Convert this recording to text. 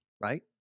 right